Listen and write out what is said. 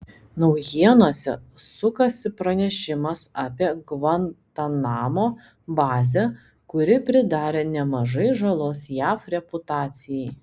naujienose sukasi pranešimas apie gvantanamo bazę kuri pridarė nemažai žalos jav reputacijai